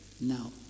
now